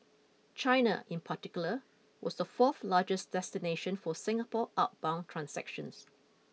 China in particular was the fourth largest destination for Singapore outbound transactions